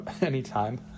anytime